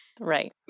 Right